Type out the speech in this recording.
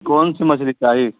کون سی مچھلی چاہی